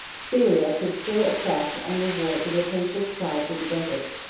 syria could still attract and reward the rapacious tribes of the desert.